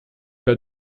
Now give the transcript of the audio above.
pas